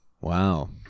Wow